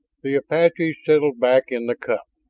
the apaches settled back in the cup,